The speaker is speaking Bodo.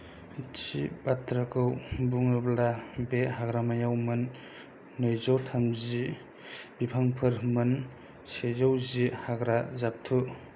थि बाथ्राखौ बुङोब्ला बे हाग्रामायाव मोन नैजौ थामजि बिफांफोर मोन सेजौ जि हाग्रा जाबथु